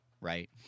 Right